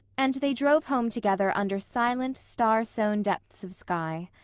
and they drove home together under silent, star-sown depths of sky.